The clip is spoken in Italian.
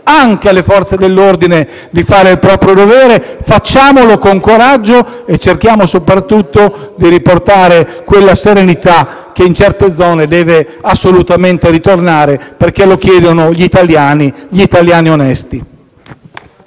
anche alle Forze dell'ordine di fare il proprio dovere. Facciamolo con coraggio e cerchiamo soprattutto di riportare quella serenità che in certe zone deve assolutamente ritornare, perché lo chiedono gli italiani, gli italiani onesti.